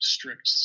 strict